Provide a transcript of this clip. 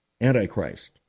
Antichrist